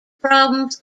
problems